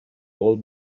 old